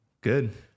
good